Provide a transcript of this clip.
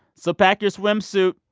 so pack your swimsuit,